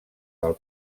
del